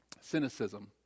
Cynicism